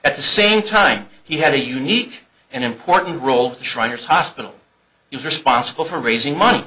at the same time he had a unique and important role trying your hospital is responsible for raising money